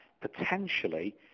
potentially